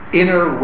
inner